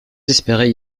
espéraient